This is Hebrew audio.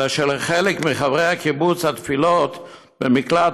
אלא שלחלק מחברי הקיבוץ התפילות במקלט